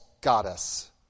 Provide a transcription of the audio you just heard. goddess